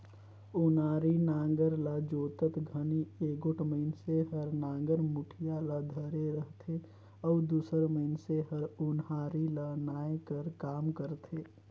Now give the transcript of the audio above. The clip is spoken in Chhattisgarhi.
ओनारी नांगर ल जोतत घनी एगोट मइनसे हर नागर मुठिया ल धरे रहथे अउ दूसर मइनसे हर ओन्हारी ल नाए कर काम करथे